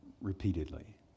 repeatedly